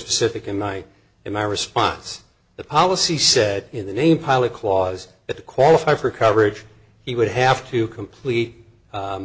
specific and night in my response the policy said in the name pilot clause but to qualify for coverage he would have to complete a